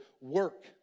Work